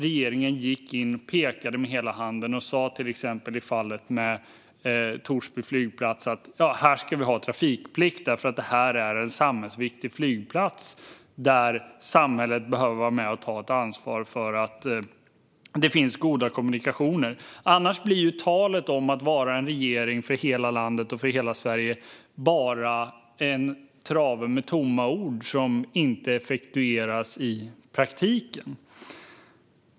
Ett sådant är fallet med Torsby flygplats, där regeringen gick in och pekade med hela handen och sa: "Här ska vi ha trafikplikt därför att detta är en samhällsviktig flygplats där samhället behöver vara med och ta ett ansvar för att det finns goda kommunikationer." Annars blir ju talet om att vara en regering för hela Sverige bara en trave med tomma ord som inte effektueras i praktiken.